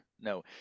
No